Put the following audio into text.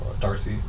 Darcy